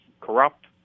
corrupt